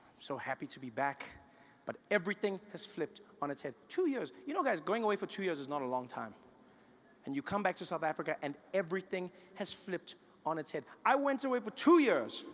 so happy to be back but everything has flipped on it's head two years, you know guys going away for two years is not a long time and you come back to south africa and everything has flipped on it's head i went away for two years,